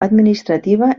administrativa